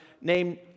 named